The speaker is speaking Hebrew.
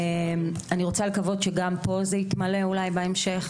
אני רוצה לקוות שגם פה זה יתמלא אולי בהמשך,